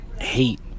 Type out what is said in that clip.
Hate